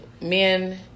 men